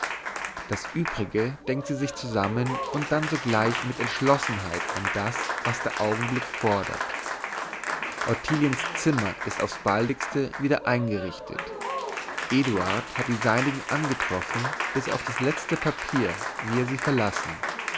das übrige denkt sie sich zusammen und dann sogleich mit entschlossenheit an das was der augenblick fordert ottiliens zimmer ist aufs baldigste wieder eingerichtet eduard hat die seinigen angetroffen bis auf das letzte papier wie er sie verlassen